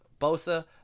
Bosa